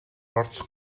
орж